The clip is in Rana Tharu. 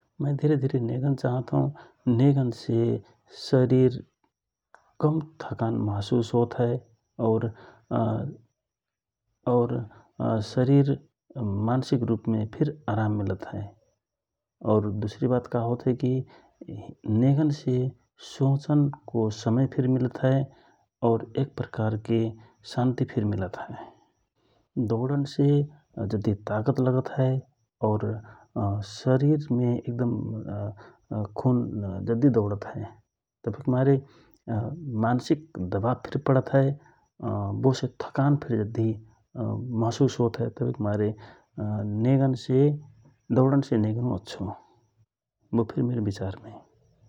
मय धिरे धिरे नेगन चाहत हौ ,नेगन से शरिर कम थकान महसुस होत हए । और शरिर मान्सिक रूपमे फिर आरम मिलत हए ।और दुसरी बात का होत हए कि नेगन से सोचनको समय फिर मिलत हए । एक प्रकारकि शान्ति फिर मिलत हए ।दौडन से जद्धि ताकत लगत हए ,शरिरमे खुन जद्धि दौडत हए तवहिक मारे मानसिक दवाफ फिर पडत हए । बो से थकान फिर जद्धि महसुस होत हए । तवहिक मारे नेगन से दौडन से नेगन अच्छो बो फिर मिर बिचारमे ।